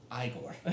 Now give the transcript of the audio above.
Igor